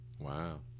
Wow